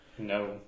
No